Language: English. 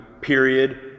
period